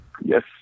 yes